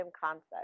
concept